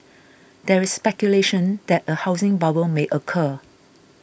there is speculation that a housing bubble may occur